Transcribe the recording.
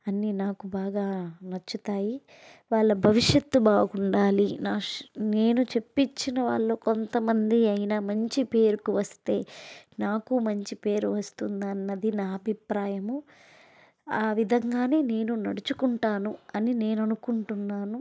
అన్ని నాకు బాగా నచ్చుతాయి వాళ్ళ భవిష్యత్తు బాగుండాలి నా నేను చెప్పిచ్చినవాళ్లు కొంతమంది అయినా మంచిపేరుకు వస్తే నాకు కూడా మంచి పేరు వస్తుందన్నది నా అభిప్రాయము ఆ విధంగానే నేను నడుచుకుంటాను అని నేననుకుంటున్నాను